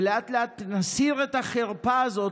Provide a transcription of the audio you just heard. ולאט-לאט נסיר את החרפה הזאת.